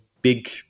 big